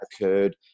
occurred